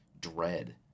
dread